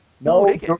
No